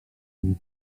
liczba